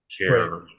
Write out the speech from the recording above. care